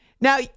Now